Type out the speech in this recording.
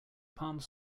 palms